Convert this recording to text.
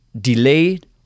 delayed